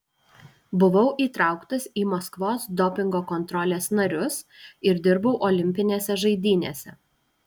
buvau įtrauktas į maskvos dopingo kontrolės narius ir dirbau olimpinėse žaidynėse